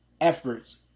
efforts